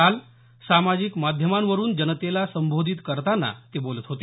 काल सामाजिक माध्यमांवरुन जनतेला संबोधित करताना ते बोलत होते